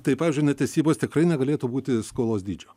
tai pavyzdžiui netesybos tikrai negalėtų būti skolos dydžio